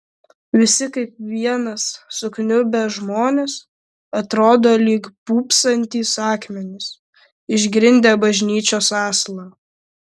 visi kaip vienas sukniubę žmonės atrodo lyg pūpsantys akmenys išgrindę bažnyčios aslą